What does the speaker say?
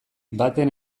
baten